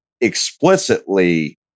explicitly